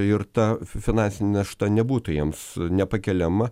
ir ta finansinė našta nebūtų jiems nepakeliama